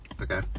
okay